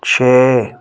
ਛੇ